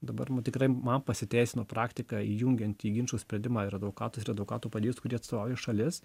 dabar nu tikrai man pasiteisino praktika įjungiant į ginčų sprendimą ir advokatus ir advokatų padėjėjus kurie atstovauja šalis